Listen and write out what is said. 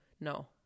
No